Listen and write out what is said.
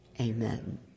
Amen